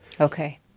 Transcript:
Okay